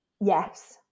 yes